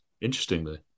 Interestingly